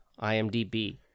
IMDB